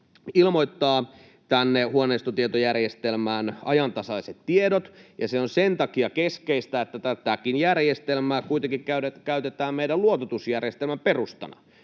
ilmoittaa huoneistotietojärjestelmään ajantasaiset tiedot. Se on sen takia keskeistä, että tätäkin järjestelmää kuitenkin käytetään meidän luototusjärjestelmän perustana.